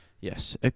Yes